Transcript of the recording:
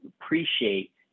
appreciate